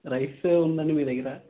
రైస్వే ఉందండి మీ దగ్గర